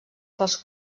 pels